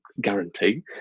guarantee